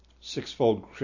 sixfold